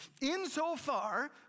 insofar